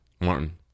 Martin